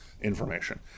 information